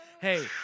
hey